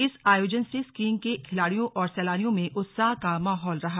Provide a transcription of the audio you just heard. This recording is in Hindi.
इस आयोजन से स्कीइंग के खिलाड़ियों और सैलानियों में उत्साह का माहौल रहा